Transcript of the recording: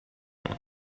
wind